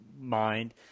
mind